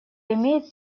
имеет